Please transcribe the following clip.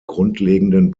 grundlegenden